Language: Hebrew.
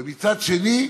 ומצד שני,